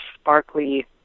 sparkly